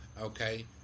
okay